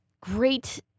great